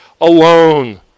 alone